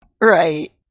Right